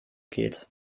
geht